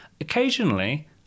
Occasionally